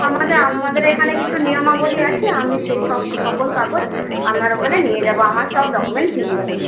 আমাদের আমাদের এখানে কিছু নিয়মাবলী আছে আমি সেই সব সকল কাগজ আপনার ওখানে নিয়ে যাবো আমার সব ডকুমেন্টস নিয়ে যাবো